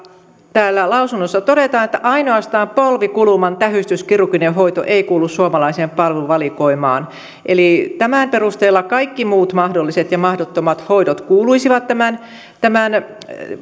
täällä lausunnossa todetaan että ainoastaan polvikuluman tähystyskirurginen hoito ei kuulu suomalaiseen palveluvalikoimaan eli tämän perusteella kaikki muut mahdolliset ja mahdottomat hoidot kuuluisivat tämän tämän